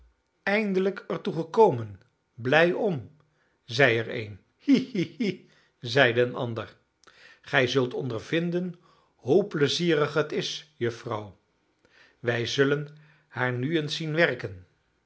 eindelijk er toe gekomen blij om zeide er een hi hi hi zeide een ander gij zult ondervinden hoe pleizierig het is juffrouw wij zullen haar nu eens zien werken